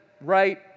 right